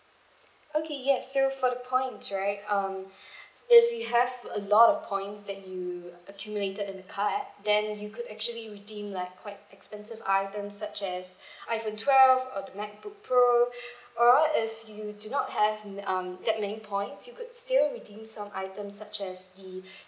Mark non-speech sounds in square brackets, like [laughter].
okay yes so for the points right um [breath] if you have a lot of points that you accumulated in the card then you could actually redeem like quite expensive items such as [breath] iphone twelve a macbook pro [breath] or if you do not have mm um that many points you could still redeem some items such as the [breath]